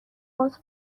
باز